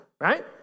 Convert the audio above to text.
right